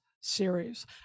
series